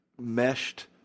meshed